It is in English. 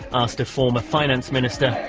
asked the former finance minister.